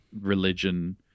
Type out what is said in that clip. religion